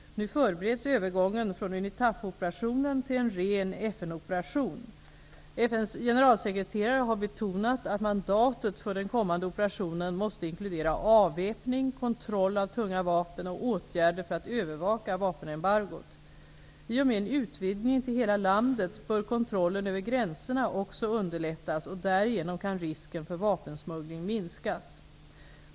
Nu förbereds övergången från UNITAF-operationen till en ren FN-operation . FN:s generalsekreterare har betonat att mandatet för den kommande operationen måste inkludera avväpning, kontroll av tunga vapen och åtgärder för att övervaka vapenembargot. I och med en utvidgning till hela landet bör kontrollen över gränserna också underlättas, och därigenom kan risken för vapensmuggling minskas.